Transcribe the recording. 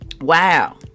Wow